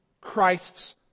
Christ's